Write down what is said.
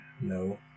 No